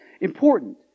important